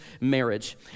marriage